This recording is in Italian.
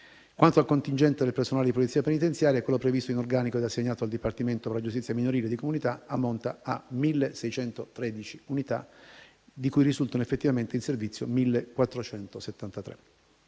Quanto al contingente del personale di polizia penitenziaria, quello previsto in organico ed assegnato al Dipartimento per la giustizia minorile e di comunità ammonta complessivamente a 1.613 unità, di cui ne risultano effettivamente in servizio 1.473.